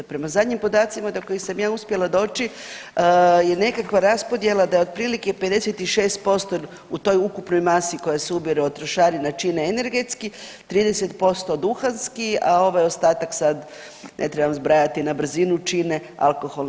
Prema zadnjim podacima do kojih sam ja uspjela doći je nekakva raspodjela da je otprilike 56% u toj ukupnoj masi koja se ubire od trošarina čine energetski, 30% duhanski, a ovaj ostatak sad ne trebam zbrajati na brzinu čine alkoholi.